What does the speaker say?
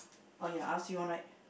oh ya ask you one right